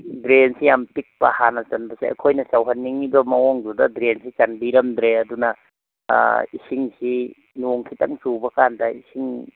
ꯗ꯭ꯔꯦꯟꯁꯤ ꯌꯥꯝ ꯄꯤꯛꯄ ꯍꯥꯟꯅ ꯆꯟꯕꯁꯦ ꯑꯩꯈꯣꯏꯅ ꯇꯧꯍꯟꯅꯤꯡꯂꯤꯕ ꯃꯑꯣꯡꯗꯨꯗ ꯗ꯭ꯔꯦꯟꯁꯤ ꯆꯟꯕꯤꯔꯝꯗ꯭ꯔꯦ ꯑꯗꯨꯅ ꯏꯁꯤꯡꯁꯤ ꯅꯣꯡ ꯈꯤꯇꯪ ꯆꯨꯕ ꯀꯥꯟꯗ ꯏꯁꯤꯡ